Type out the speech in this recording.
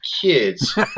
kids